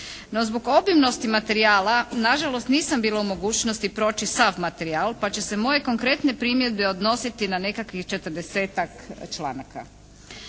zbog obimnosti materijala nažalost nisam bila u mogućnosti proći sav materijal pa će se moje konkretne primjedbe odnositi na nekakvih 40-ak članaka.